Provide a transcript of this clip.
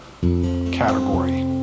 category